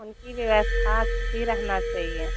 उनकी व्यवस्था अच्छी रहनी चाहिए